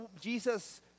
Jesus